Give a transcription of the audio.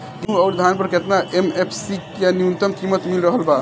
गेहूं अउर धान पर केतना एम.एफ.सी या न्यूनतम कीमत मिल रहल बा?